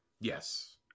Yes